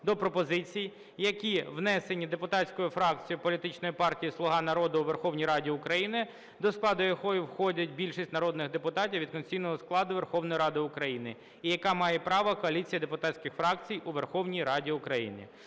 до пропозицій, які внесені депутатською фракцією Політичної партії "Слуга народу" у Верховній Раді України, до складу якої входить більшість народних депутатів від конституційного складу Верховної Ради України і яка має право коаліції депутатських фракцій, у Верховній Раді України.